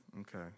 Okay